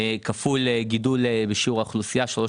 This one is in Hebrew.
כפול גידול בשיעור האוכלוסייה בשלוש